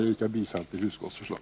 Jag yrkar bifall till utskottets förslag.